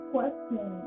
Question